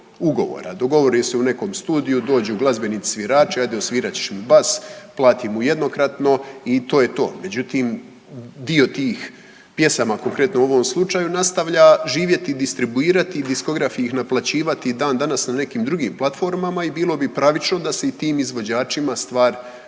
ugovora. Dogovori se u nekom studiju, dođu glazbenici svirači, hajde odsvirat ćeš mi bas, plati mu jednokratno i to je to. Međutim, dio tih pjesama, konkretno u ovom slučaju nastavlja živjeti, distribuirati i diskograf ih naplaćivati i dan danas na nekim drugim platformama. I bilo bi pravično da se i tim izvođačima stvar nadoknadi.